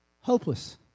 hopeless